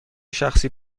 شخصی